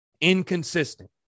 inconsistent